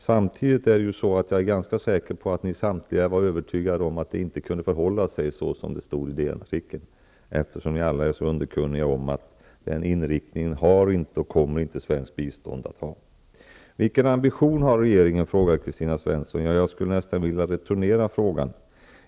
Samtidigt är jag ganska säker på att ni samtliga var övertygade om att det inte kunde förhålla sig så som det stod i DN-artikeln, eftersom ni alla är underkunniga om att svenskt bistånd inte har och inte kommer att ha den inriktningen. Vilken ambition har regeringen? frågar Kristina Svensson. Jag skulle nästan vilja returnera frågan.